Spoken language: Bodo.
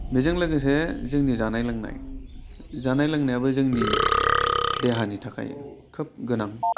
बेजों लोगोसे जोंनि जानाय लोंनाय जानाय लोंनायाबो जोंनि देहानि थाखाय खोब गोनां